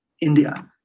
India